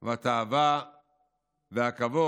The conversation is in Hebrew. "הקנאה והתאווה והכבוד